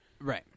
Right